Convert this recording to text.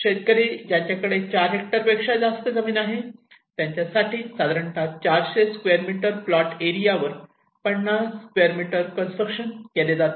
शेतकरी ज्यांच्याकडे 4 हेक्टर पेक्षा जास्त जमीन आहे त्याच्यासाठी साधारणतः 400 स्क्वेअर मीटर प्लॉट एरिया वर 50 स्क्वेअर मीटर कंस्ट्रक्शन केले जाते